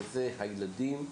שזה הילדים,